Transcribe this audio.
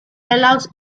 allows